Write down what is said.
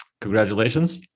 Congratulations